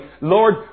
Lord